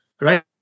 right